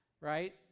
right